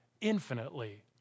infinitely